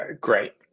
Great